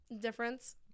Difference